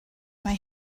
mae